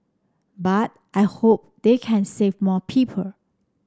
but I hope they can save more people